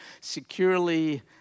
securely